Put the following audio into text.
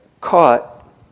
caught